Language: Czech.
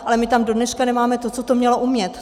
Ale my tam dodneška nemáme to, co to mělo umět.